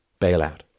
bailout